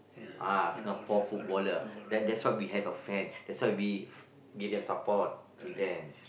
ah Singapore footballer that that's why we have a fan that's why we give them support to them